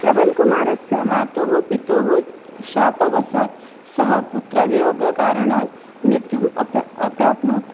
श्रवणकुमारस्य मातुः पितुः शापवशात् सः पुत्रवियोगकारणात् मृत्युम् अप्र प्राप्नोत्